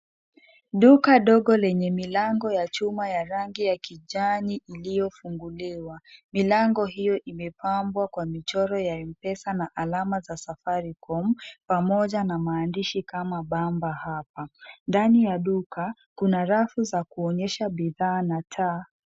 Duka dogo lenye milango ya chuma ya rangi ya kijani iliyofunguliwa milango hio imepambwa kwa michoro ya Mpesa na alama za safaricom pamoja na maandishi kama bamba hapa ndani ya duka kuna rafu za kuonyesha bidhaa na taa.